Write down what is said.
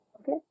okay